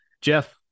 Jeff